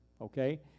okay